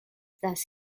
thus